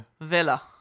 Villa